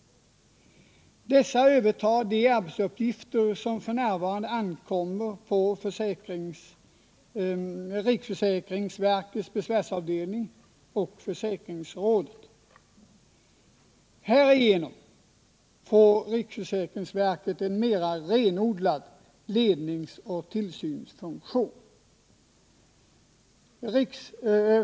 Dessa övertar de arbetsuppgifter som f. n. ankommer på riksförsäkringsverkets besvärsavdelning och försäkringsrådet. Härigenom får riksförsäkringsverket en mera renodlad ledningsoch tillsynsfunktion.